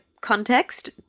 context